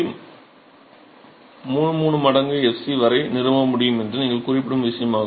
33 மடங்கு fc வரை நிறுவ முடியும் என்று நீங்கள் குறிப்பிடும் விஷயமாகும்